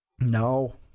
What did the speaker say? No